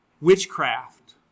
Witchcraft